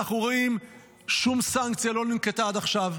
אנחנו רואים ששום סנקציה לא ננקטה עד עכשיו.